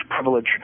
privilege